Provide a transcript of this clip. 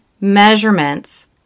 measurements